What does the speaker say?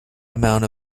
amount